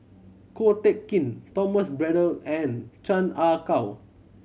Ko Teck Kin Thomas Braddell and Chan Ah Kow